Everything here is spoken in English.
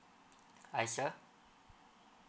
I sir